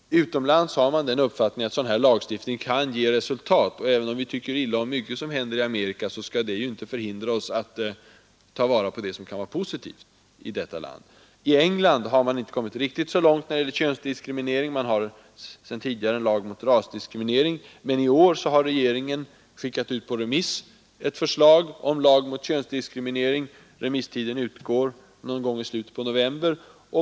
Utomlands har man den uppfattningen att en sådan här lagstiftning kan ge resultat. Även om vi tycker illa om mycket som händer i USA, skall det inte hindra oss att ta vara på det som är positivt i detta land. I England har man inte kommit riktigt så långt när det gäller åtgärder mot könsdiskriminering. Det finns sedan tidigare en lag mot rasdiskriminering, men i år har regeringen på remiss skickat ut ett förslag om en lag mot könsdiskriminering. Remisstiden utgår någon gång i slutet av november.